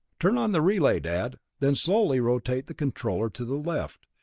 turn on the relay, dad, then slowly rotate the controller to the left.